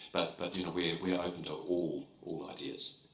but but you know we we are open to all all ideas.